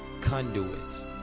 Conduits